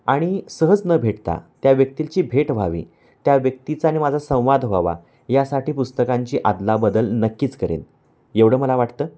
आणि सहज न भेटता त्या व्यक्तीची भेट व्हावी त्या व्यक्तीचा आणि माझा संवाद व्हावा यासाठी पुस्तकांची आदलाबदल नक्कीच करेन एवढं मला वाटतं